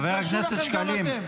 חבר הכנסת שקלים.